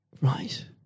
Right